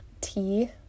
tea